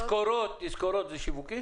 תזכורות זה שיווקי?